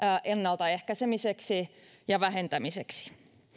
ennaltaehkäisemiseksi ja vähentämiseksi